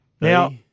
Now